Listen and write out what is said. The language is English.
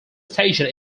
station